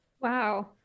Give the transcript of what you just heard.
Wow